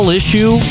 issue